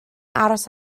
aros